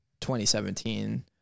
2017